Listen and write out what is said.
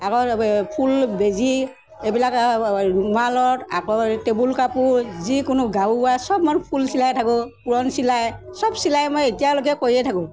আকৌ এই ফুল বেজী এইবিলাক ৰুমালত আকৌ টেবুল কাপোৰ যিকোনো গাৰুৱাৰ চব মই ফুল চিলাই থাকোঁ পূৰণ চিলাই চব চিলাই মই এতিয়ালৈকে কৰিয়ে থাকোঁ